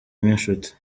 nk’inshuti